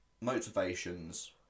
motivations